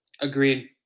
Agreed